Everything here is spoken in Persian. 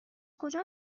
کجا